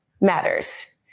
matters